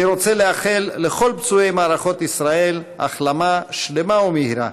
אני רוצה לאחל לכל פצועי מערכות ישראל החלמה שלמה ומהירה.